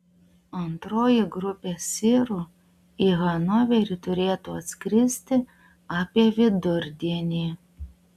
antroji grupė sirų į hanoverį turėtų atskristi apie vidurdienį